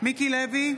מיקי לוי,